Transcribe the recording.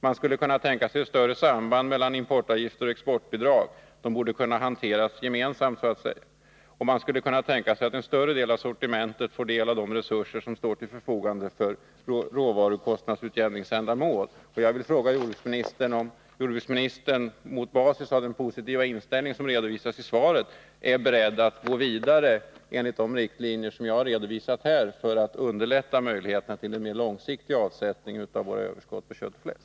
Man skulle kunna tänka sig ett starkare samband mellan importavgifter och exportbidrag. De borde kunna hanteras gemensamt. Man skulle vidare kunna tänka sig att en större del av sortimentet får del av de resurser som står till förfogande för råvarukostnadsutjämningsändamål. Jag vill fråga jordbruksministern om han, mot bakgrund av den positiva inställning som redovisas i svaret, är beredd att gå vidare enligt de riktlinjer som jag har redovisat här för att underlätta möjligheterna att få mer långsiktig avsättning för våra överskott på kött och fläsk.